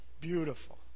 Beautiful